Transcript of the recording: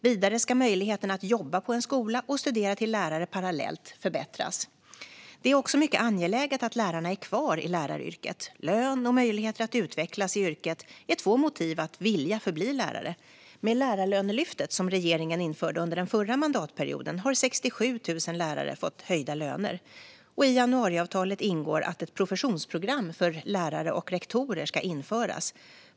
Vidare ska möjligheterna att jobba på en skola och studera till lärare parallellt förbättras. Det är också mycket angeläget att lärarna är kvar i läraryrket. Lön och möjligheter att utvecklas i yrket är två motiv att vilja förbli lärare. Med Lärarlönelyftet, som regeringen införde under den förra mandatperioden, har 67 000 lärare fått höjda löner. I januariavtalet ingår att ett professionsprogram för lärare och rektorer ska införas.